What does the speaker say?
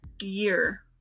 year